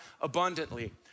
abundantly